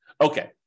Okay